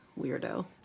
weirdo